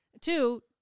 Two